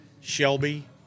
Shelby